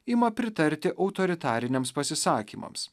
ima pritarti autoritariniams pasisakymams